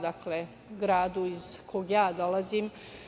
Dakle, grad iz koga ja dolazim.